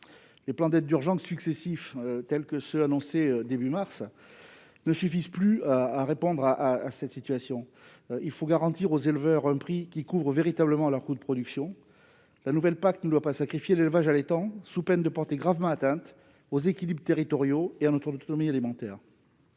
Les plans d'aide d'urgence successifs, tels que celui qui a été annoncé début mars, ne suffisent plus à répondre à cette situation. Il faut garantir aux éleveurs un prix qui couvre véritablement leurs coûts de production. La nouvelle PAC ne doit pas sacrifier l'élevage allaitant, sous peine de porter gravement atteinte aux équilibres territoriaux et à notre autonomie alimentaire.